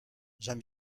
j’en